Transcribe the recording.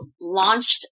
launched